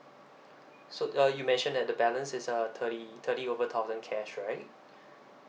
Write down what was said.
so uh you mention that the balance is uh thirty thirty over thousand cash right